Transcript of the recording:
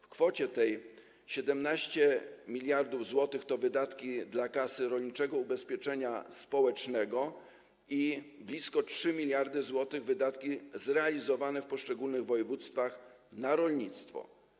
W kwocie tej 17 mld zł to wydatki na rzecz Kasy Rolniczego Ubezpieczenia Społecznego i blisko 3 mld zł wydatki zrealizowane w poszczególnych województwach na rolnictwo.